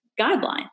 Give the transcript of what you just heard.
guidelines